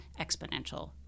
exponential